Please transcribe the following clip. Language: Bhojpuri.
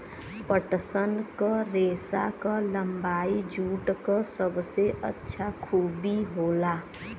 पटसन क रेसा क लम्बाई जूट क सबसे अच्छा खूबी होला